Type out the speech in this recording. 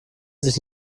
sich